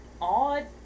odd